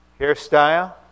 hairstyle